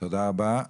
תודה רבה.